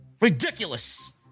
Ridiculous